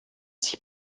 sich